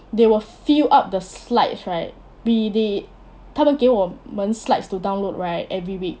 they will fill up the slides right B_D 他都给我们 slides to download right every week